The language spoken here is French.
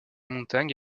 montagne